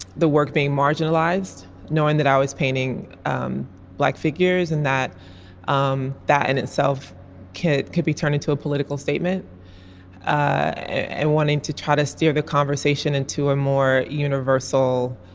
the work being marginalized knowing that i was painting um black figures and that um that in itself kit could be turned into a political statement and wanting to try to steer the conversation into a more universal